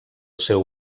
seu